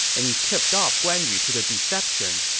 and he tipped off guan yu to the deception.